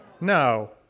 No